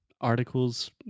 articles